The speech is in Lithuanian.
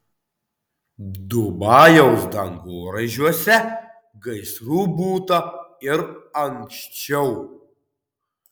dubajaus dangoraižiuose gaisrų būta ir anksčiau